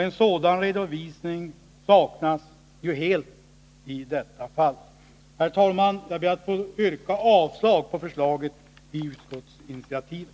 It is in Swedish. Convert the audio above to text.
En sådan redovisning saknas helt i detta fall. Herr talman! Jag ber att få yrka avslag på förslaget i utskottsinitiativet.